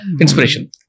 inspiration